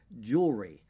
jewelry